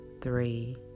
three